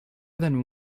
than